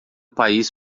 país